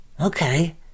okay